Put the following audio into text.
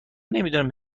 نمیدونم